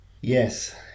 Yes